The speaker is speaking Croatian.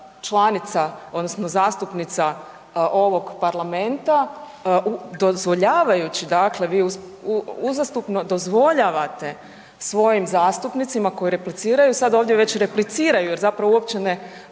članica odnosno zastupnica ovog parlamenta dozvoljavajući, dakle vi uzastopno dozvoljavate svojim zastupnicima koji repliciraju, sad ovdje već repliciraju jer zapravo uopće ne